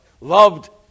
loved